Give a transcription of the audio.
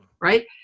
right